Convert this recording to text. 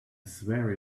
swear